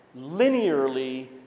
linearly